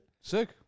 Sick